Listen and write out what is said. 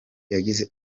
yagize